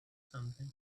something